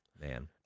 Man